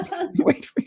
wait